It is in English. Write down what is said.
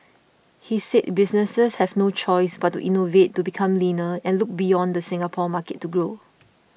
he said businesses have no choice but to innovate to become leaner and look beyond the Singapore market to grow